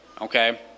Okay